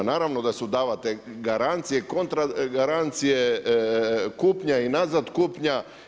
Naravno da su davane garancije kontra garancije kupnje i nazad kupnja.